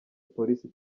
police